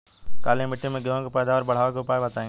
काली मिट्टी में गेहूँ के पैदावार बढ़ावे के उपाय बताई?